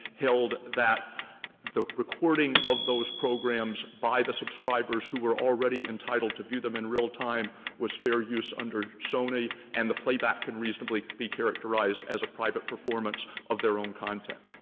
held that the recording of those programs by the subscribers who were already entitled to view them in real time was fair use under sony and the playback can reasonably be characterized as a private performance of their own content.